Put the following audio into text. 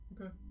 Okay